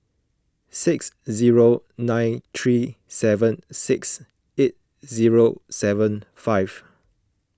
six zero nine three seven six eight zero seven five